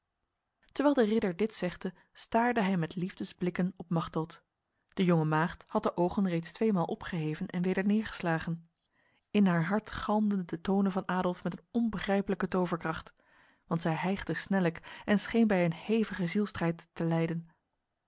terwijl de ridder dit zegde staarde hij met liefdesblikken op machteld de jonge maagd had de ogen reeds tweemaal opgeheven en weder neergeslagen in haar hart galmden de tonen van adolf met een onbegrijpelijke toverkracht want zij hijgde snellijk en scheen bij een hevige zielsstrijd te lijden